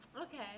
Okay